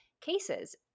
cases